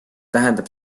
tähendab